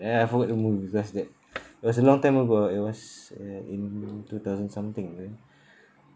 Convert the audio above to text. and I forgot the move because that was a long time ago it was in two thousand something right